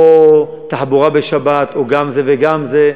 או תחבורה בשבת, או גם זה וגם זה,